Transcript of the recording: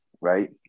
right